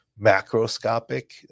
macroscopic